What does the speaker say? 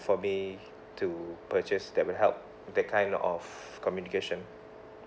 for me to purchase that will help that kind of communication